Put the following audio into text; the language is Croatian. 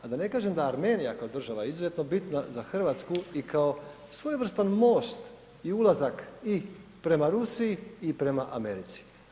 A da ne kažem da je Armenija kao država izuzetno bitna za Hrvatsku i kao svojevrstan most i ulazak i prema Rusiji i prema Americi.